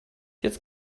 jetzt